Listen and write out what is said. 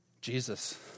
Jesus